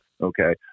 okay